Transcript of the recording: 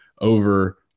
over